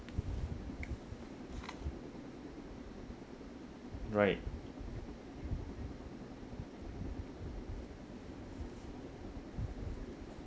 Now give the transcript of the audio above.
right